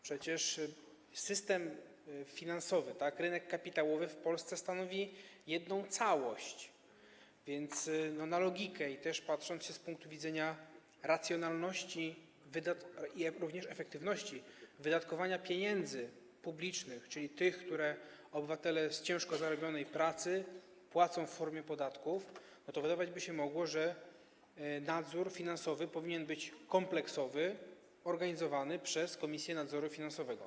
Przecież system finansowy, rynek kapitałowy w Polsce stanowi jedną całość, więc - na logikę -patrząc z punktu widzenia racjonalności i również efektywności wydatkowania pieniędzy publicznych, czyli tych, które obywatele z ciężko zarobionej pensji płacą w formie podatków, to wydawać by się mogło, że nadzór finansowy powinien być kompleksowy, organizowany przez Komisję Nadzoru Finansowego.